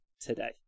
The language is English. today